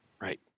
right